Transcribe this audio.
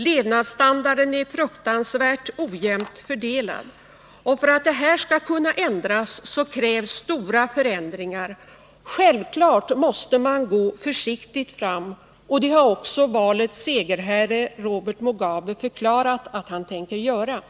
Levnadsstandarden, är fruktansvärt ojämnt fördelad. För att detta skall kunna ändras krävs stora förändringar. Självfallet måste man gå försi gt fram, och det har också valets segerherre Robert Mugabe förklarat att han tänker göra.